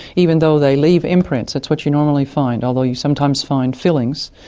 even though they leave imprints, that's what you normally find although you sometimes find fillings,